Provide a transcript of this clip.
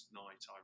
night